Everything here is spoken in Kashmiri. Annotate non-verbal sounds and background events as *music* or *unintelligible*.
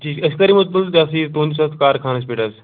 ٹھیٖک أسۍ کَر یِمو *unintelligible* تُہٕنٛدِس حظ تُہٕنٛدِس اَتھ کارخانَس پٮ۪ٹھ حظ